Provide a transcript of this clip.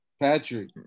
Patrick